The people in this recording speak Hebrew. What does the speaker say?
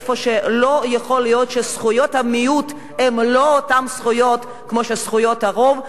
איפה שלא יכול להיות שזכויות המיעוט הן לא אותן זכויות כמו זכויות הרוב,